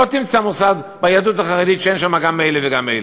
לא תמצא מוסד ביהדות החרדית שאין שם גם מאלה וגם מאלה.